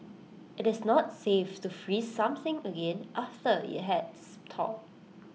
IT is not safe to freeze something again after IT has thawed